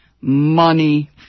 money